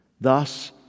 Thus